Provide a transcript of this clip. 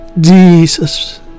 Jesus